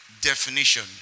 definition